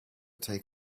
take